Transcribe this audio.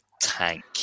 tank